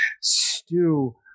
stew